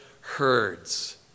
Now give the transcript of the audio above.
herds